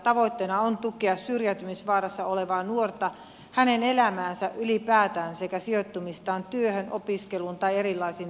tavoitteena on tukea syrjäytymisvaarassa olevaa nuorta hänen elämäänsä ylipäätään sekä hänen sijoittumistaan työhön opiskeluun tai erilaisiin harjoittelupaikkoihin